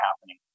happening